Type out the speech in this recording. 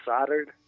soldered